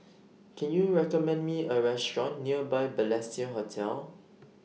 Can YOU recommend Me A Restaurant near Balestier Hotel